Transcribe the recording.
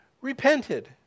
repented